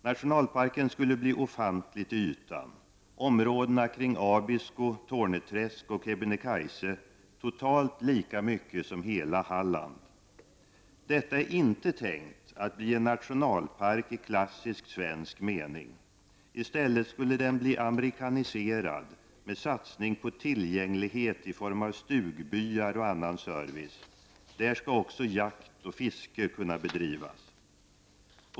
Nationalparken skulle bli ofantlig till ytan: områdena kring Abisko, Torne träsk och Kebnekaise, totalt lika mycket som hela Halland. Detta är inte tänkt att bli en nationalpark i klassisk svensk mening. I stället skall den bli amerikaniserad med satsning på tillgänglighet i form av stugbyar och annan service. Där skall också jakt och fiske kunna bedrivas.